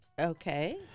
okay